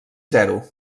zero